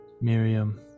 Miriam